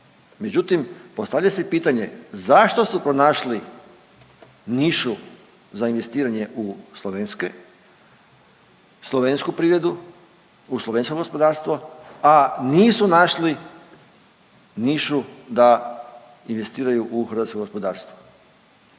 međutim postavlja se pitanje zašto su pronašli nišu za investiranje u slovenske, u slovensku privredu, u slovensko gospodarstvo, a nisu našli nišu da investiraju u hrvatsko gospodarstvo,